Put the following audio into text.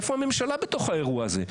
איפה הממשלה בתוך האירוע הזה?